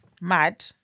mad